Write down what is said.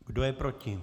Kdo je proti?